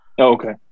Okay